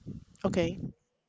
okay